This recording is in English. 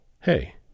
hey